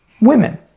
women